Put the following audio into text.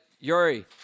Yuri